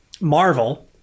Marvel